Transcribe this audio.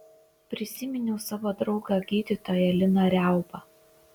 prisiminiau savo draugą gydytoją liną riaubą